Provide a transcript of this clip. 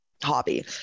hobby